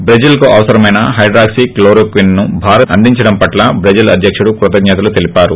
బ్రెజిల్కు అవసరమైన hydroxychloroquine Bharat అందించడం పట్ల బ్రెజిల్ అధ్యకుడు కృతజ్ఞతలను తెలియజేశారు